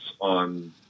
on